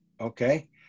okay